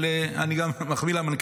אבל אני גם מחמיא למנכ"ל,